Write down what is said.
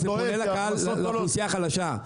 שזה פונה לאוכלוסייה החדשה.